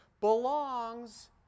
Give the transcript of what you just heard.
belongs